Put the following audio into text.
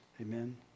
Amen